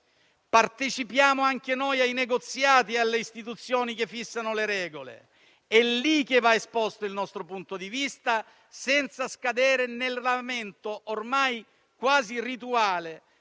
Partecipiamo anche noi ai negoziati e alle istituzioni che fissano le regole ed è lì che va esposto il nostro punto di vista, senza scadere nel lamento, ormai quasi rituale,